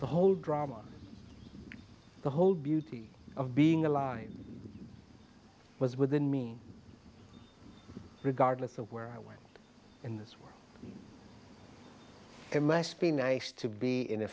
the whole drama the whole beauty of being alive was within me regardless of where i went in this must be nice to be in a